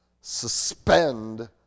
suspend